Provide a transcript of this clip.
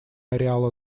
ареала